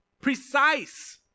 Precise